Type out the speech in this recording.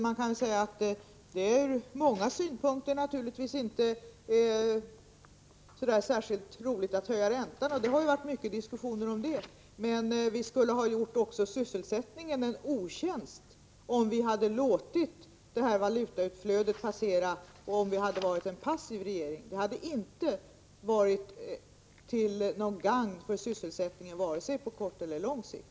Vi kan ur många synpunkter säga att det inte är särskilt roligt att höja räntan. Det har varit många diskussioner om detta, men vi skulle ha gjort också sysselsättningen en otjänst om vi hade varit en passiv regering och låtit detta utflöde av valutor passera. Det hade inte varit till gagn för sysselsättningen, varken på kort sikt eller på lång sikt.